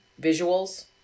Visuals